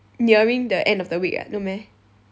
nearing the end of the week [what] no meh